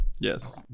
Yes